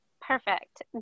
Perfect